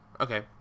okay